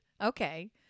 okay